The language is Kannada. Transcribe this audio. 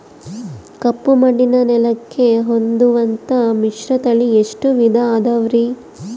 ಕಪ್ಪುಮಣ್ಣಿನ ನೆಲಕ್ಕೆ ಹೊಂದುವಂಥ ಮಿಶ್ರತಳಿ ಎಷ್ಟು ವಿಧ ಅದವರಿ?